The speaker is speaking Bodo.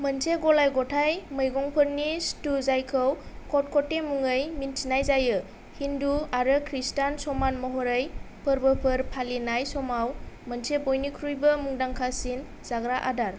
मोनसे गलाय गथाय मैगंफोरनि स्टू जायखौ खटखटे मुङै मिन्थिनाय जायो हिन्दु आरो ख्रीष्टान समान महरै फोर्बोफोर फालिनाय समाव मोनसे बयनिख्रुयबो मुंदांखासिन जाग्रा आदार